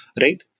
Right